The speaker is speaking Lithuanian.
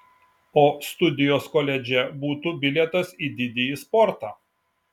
o studijos koledže būtų bilietas į didįjį sportą